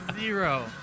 zero